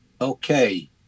Okay